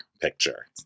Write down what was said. picture